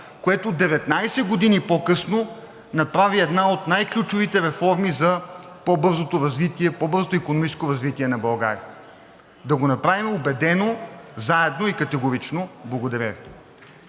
което 19 години по-късно направи една от най-ключовите реформи за по-бързото икономическо развитие на България. Да го направим убедено, заедно и категорично! Благодаря